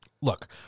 Look